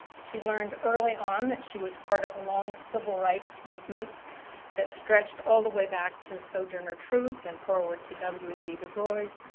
she learned early on that she was part of a long civil rights movement that stretched all the way back to sojourner truth and forward to w e b du bois,